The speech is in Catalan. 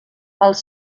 els